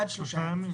השאלה שלי היא מאוד